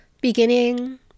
Beginning